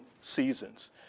Seasons